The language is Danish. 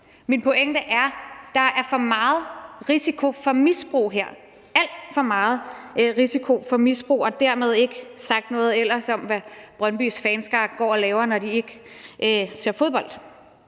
Min pointe er, at der er for meget risiko for misbrug her – alt for meget risiko for misbrug. Og dermed ikke være sagt noget om, hvad Brøndbys fanskare går og laver, når de ikke ser fodbold.